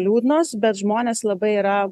liūdnos bet žmonės labai yra